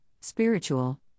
spiritual